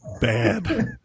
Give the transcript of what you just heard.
bad